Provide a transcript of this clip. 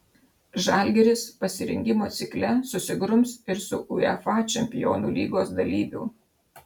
žalgiris pasirengimo cikle susigrums ir su uefa čempionų lygos dalyviu